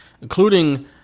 including